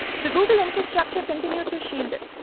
the google infrastructure continued to shield it.